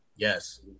Yes